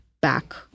back